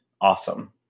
awesome